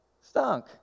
stunk